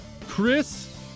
Chris